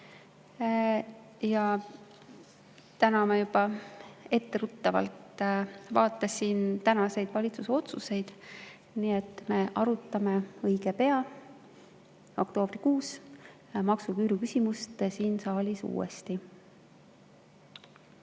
Täna ma juba etteruttavalt vaatasin tänaseid valitsuse otsuseid, nii et me arutame õige pea, oktoobrikuus, maksuküüru küsimust siin saalis uuesti.